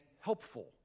helpful